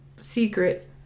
secret